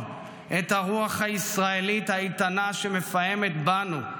את הרוח הישראלית האיתנה שמפעמת בנו,